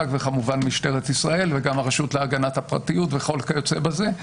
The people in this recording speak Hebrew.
וגם משטרת ישראל והרשות להגנת הפרטיות וכל כיוצא בזה.